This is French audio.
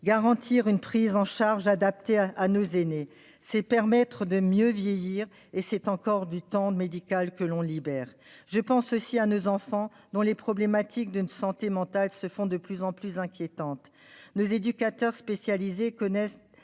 Garantir une prise en charge adaptée à nos aînés, c'est permettre de mieux vieillir, et c'est encore du temps médical qu'on libère. Je pense aussi à nos enfants, dont les problématiques de santé mentale se font de plus en plus inquiétantes. Les éducateurs spécialisés connaissent